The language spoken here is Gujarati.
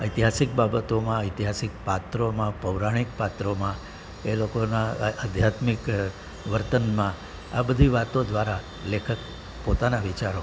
ઐતિહાસિક બાબતોમાં ઐતિહાસિક પાત્રોમાં પૌરાણિક પાત્રોમાં એ લોકોનાં આધ્યાત્મિક વર્તનમાં આ બધી વાતો દ્વારા લેખક પોતાના વિચારો